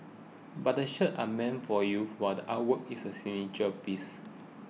but the shirts are meant for youth while the artwork is a signature piece